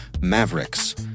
Mavericks